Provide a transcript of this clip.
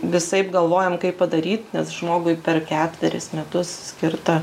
visaip galvojam kaip padaryt nes žmogui per ketveris metus skirta